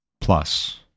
plus